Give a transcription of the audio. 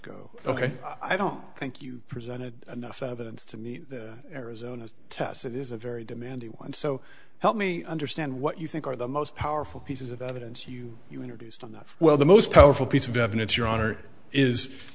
go ok i don't think you presented enough evidence to meet arizona's test it is a very demanding one so help me understand what you think are the most powerful pieces of evidence you you introduced on that well the most powerful piece of